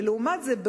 ולעומת זאת,